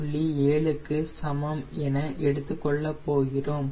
7 க்கு சமம் என எடுத்துக் கொள்ளப் போகிறோம்